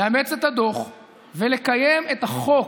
לאמץ את הדוח ולקיים את החוק.